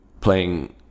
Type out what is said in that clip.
playing